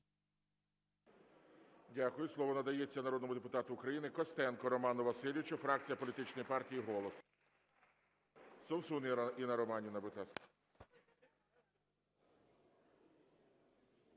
Дякую. Слово надається народному депутату України Костенку Роману Васильовичу, фракція політичної партії "Голос". Совсун Інна Романівна, будь ласка.